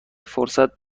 فرصت